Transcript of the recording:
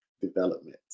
development